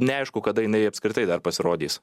neaišku kada jinai apskritai dar pasirodys